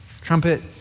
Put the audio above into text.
trumpet